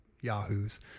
yahoos